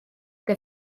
què